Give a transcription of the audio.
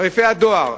תעריפי הדואר,